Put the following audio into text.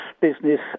business